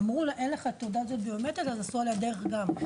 אמרו לה שאין לה תעודת זהות ביומטרית ועשו לה כדרך אגב.